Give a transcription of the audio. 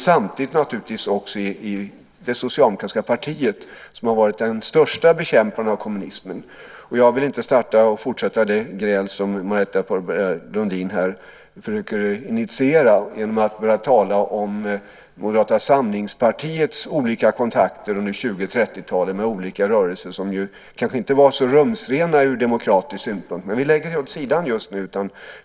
Samtidigt har det socialdemokratiska partiet varit den största bekämparen av kommunismen. Jag vill inte fortsätta det gräl som Marietta de Pourbaix-Lundin försöker initiera genom att tala om Moderata samlingspartiets olika kontakter under 1920 och 1930-talen med olika rörelser som ju kanske inte var så rumsrena ur demokratisk synpunkt. Vi lägger det åt sidan just nu.